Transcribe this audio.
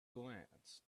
glance